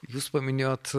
jūs paminėjot